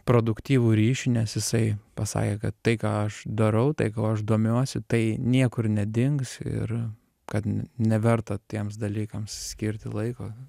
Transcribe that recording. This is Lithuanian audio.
produktyvų ryšį nes jisai pasakė kad tai ką aš darau tai kuo aš domiuosi tai niekur nedings ir kad neverta tiems dalykams skirti laiko